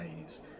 ways